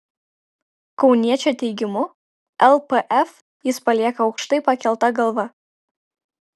kauniečio teigimu lpf jis palieka aukštai pakelta galva